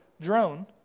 drone